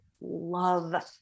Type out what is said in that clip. love